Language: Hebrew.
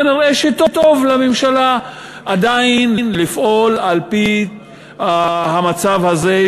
כנראה טוב לממשלה עדיין לפעול על-פי המצב הזה,